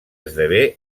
esdevé